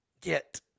get